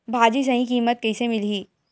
भाजी सही कीमत कइसे मिलही?